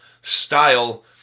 style